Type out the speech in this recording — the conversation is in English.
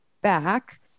back